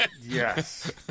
Yes